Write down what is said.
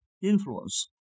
influence